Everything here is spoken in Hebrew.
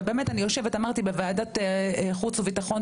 ובאמת אני יושבת בוועדת חוץ וביטחון,